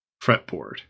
fretboard